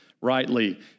rightly